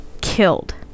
killed